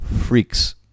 Freaks